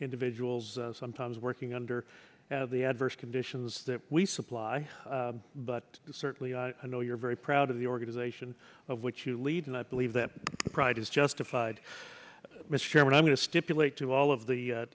individuals sometimes working under the adverse conditions that we supply but certainly i know you're very proud of the organization of which you lead and i believe that pride is justified michel and i'm going to stipulate to all of the